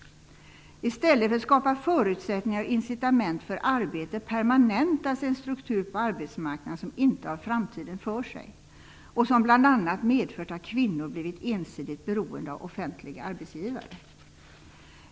I stället för att skapa förutsättningar och incitament för arbete permanentas en struktur på arbetsmarknaden som inte har framtiden för sig och som bl.a. har medfört att kvinnor har blivit ensidigt beroende av offentliga arbetsgivare.